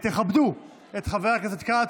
תכבדו את חבר הכנסת כץ,